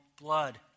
blood